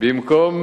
במקום